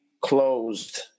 closed